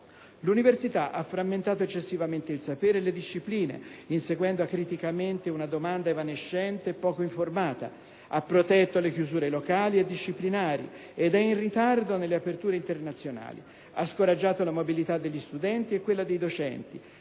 L'università ha frammentato eccessivamente il sapere e le discipline, inseguendo acriticamente una domanda evanescente e poco informata; ha protetto le chiusure locali e disciplinari ed è in ritardo nelle aperture internazionali; ha scoraggiato la mobilità degli studenti e quella dei docenti;